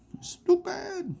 Stupid